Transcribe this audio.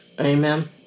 Amen